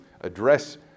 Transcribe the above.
address